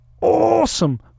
awesome